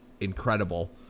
incredible